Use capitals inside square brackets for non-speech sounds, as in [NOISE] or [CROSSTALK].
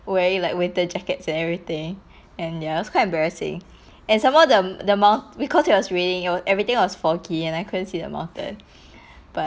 wearing like winter jackets and everything and ya it's quite embarrassing and some more the the mount~ because it was raining everything was foggy and I couldn't see the mountain [BREATH] but